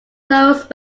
close